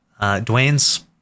Dwayne's